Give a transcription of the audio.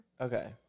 Okay